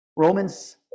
Romans